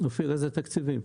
אופיר, איזה תקציבים?